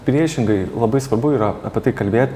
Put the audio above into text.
priešingai labai svarbu yra apie tai kalbėt